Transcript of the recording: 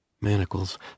Manacles